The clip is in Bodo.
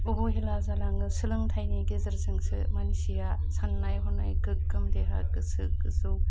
अबहेला जालाङो सोलोंथाइनि गेजेरजोंसो मानसिया साननाय हनाय गोग्गोम देहा गोसो गोजौ